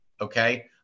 okay